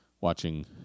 watching